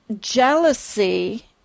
jealousy